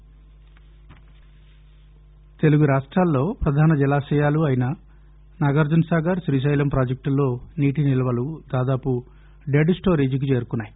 నల్గొండ తెలుగు రాష్టాలలో ప్రధాన జలాశయాలు అయిన నాగార్షునసాగర్ శ్రీశైలం ప్రాజెక్షులలో నీటి నిల్వలు దాదాపు డెడ్ స్టోరేజికి చేరుకున్నాయి